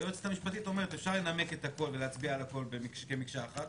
היועצת המשפטית אומרת שאפשר לנמק את הכול ולהצביע על הכול כמקשה אחת.